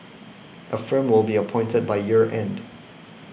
a firm will be appointed by year end